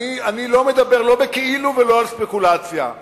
אני לא מדבר לא בכאילו ולא על ספקולציה.